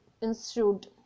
ensued